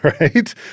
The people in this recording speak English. right